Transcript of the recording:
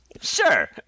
Sure